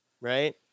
right